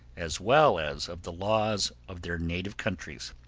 as well as of the laws of their native countries.